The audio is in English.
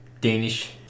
Danish